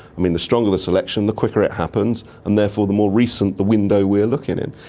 i mean, the stronger the selection the quicker it happens and therefore the more recent the window we are looking in.